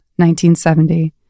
1970